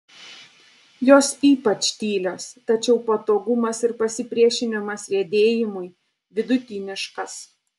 jos ypač tylios tačiau patogumas ir pasipriešinimas riedėjimui vidutiniškas